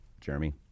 Jeremy